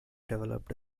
developed